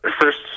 first